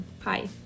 Hi